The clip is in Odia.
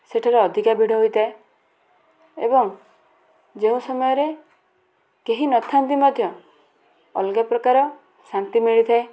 ସେଠାରେ ଅଧିକା ଭିଡ଼ ହୋଇଥାଏ ଏବଂ ଯେଉଁ ସମୟରେ କେହି ନଥାନ୍ତି ମଧ୍ୟ ଅଲଗା ପ୍ରକାର ଶାନ୍ତି ମିଳିଥାଏ